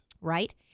Right